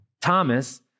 Thomas